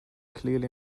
clearly